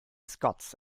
scots